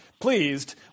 pleased